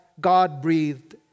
God-breathed